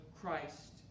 Christ